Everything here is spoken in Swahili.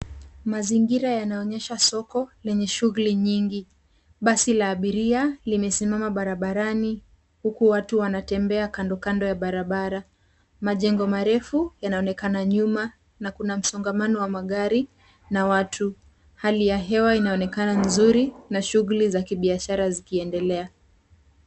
Mazingira yanaonyesha soko lenye shughuli nyingi. Basi la abiria limesimama barabarani huku watu wanatembea kando kando ya barabara. Majengo marefu yanaonekana nyuma na kuna msongamano wa magari na watu. Hali ya hewa inaonekana nzuri na shughuli za kibiashara zikiendelea.